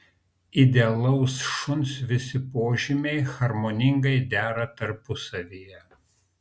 idealaus šuns visi požymiai harmoningai dera tarpusavyje